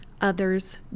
others